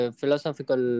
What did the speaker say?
philosophical